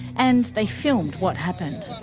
and they filmed what happened.